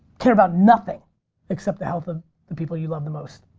care about nothing except the health of the people you love the most.